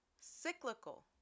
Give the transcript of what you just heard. Cyclical